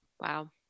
Wow